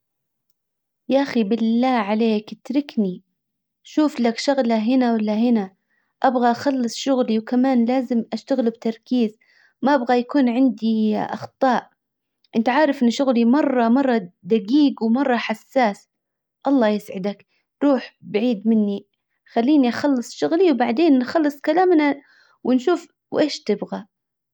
يا اخي بالله عليك اتركني. شوف لك شغلة هنا ولا هنا. ابغى اخلص شغلي وكمان لازم اشتغله بتركيز. ما ابغى يكون عندي اخطاء. انت عارف ان شغلي مرة مرة دجيج ومرة حساس الله يسعدك. روح بعيد مني خلينى اخلص شغلي وبعدين نخلص كلامنا ونشوف وايش تبغى.